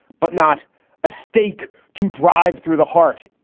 but not a stake to drive through the heart.